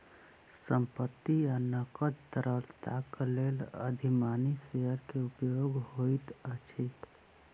संपत्ति आ नकद तरलताक लेल अधिमानी शेयर के उपयोग होइत अछि